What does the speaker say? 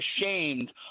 ashamed